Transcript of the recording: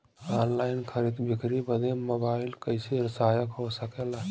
Online खरीद बिक्री बदे मोबाइल कइसे सहायक हो सकेला?